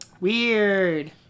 Weird